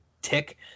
tick